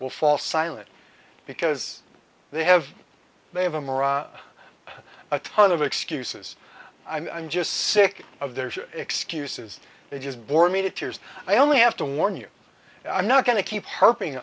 will fall silent because they have they have a mirage a ton of excuses i'm just sick of their excuses they just bored me to tears i only have to warn you i'm not going to keep harping